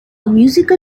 musical